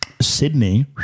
Sydney